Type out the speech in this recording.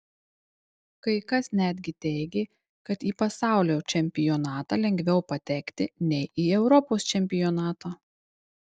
kai kas netgi teigė kad į pasaulio čempionatą lengviau patekti nei į europos čempionatą